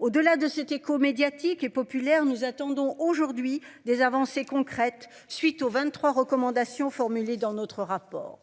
Au delà de cet écho médiatique et populaire, nous attendons aujourd'hui des avancées concrètes suite au 23 recommandations formulées dans notre rapport.